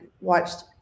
watched